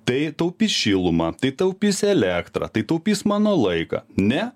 tai taupys šilumą tai taupys elektrą tai taupys mano laiką ne